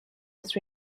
was